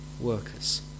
workers